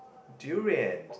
durians